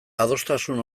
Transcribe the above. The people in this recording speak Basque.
adostasun